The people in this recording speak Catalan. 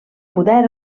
poder